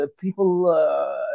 people